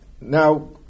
Now